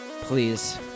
Please